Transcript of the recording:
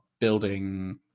building